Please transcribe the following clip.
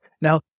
Now